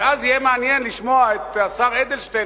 ואז יהיה מעניין לשמוע את השר אדלשטיין,